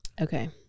Okay